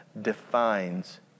defines